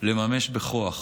לממש בכוח